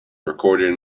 recorded